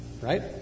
Right